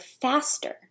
faster